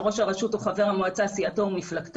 יש נציג עובדים בכל ועדה וחשוב מאוד לשמר את זה.